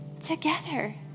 together